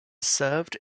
served